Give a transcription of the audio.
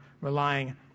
relying